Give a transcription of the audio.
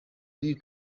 uri